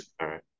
right